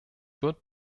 wird